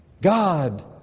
God